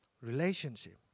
relationship